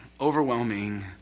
overwhelming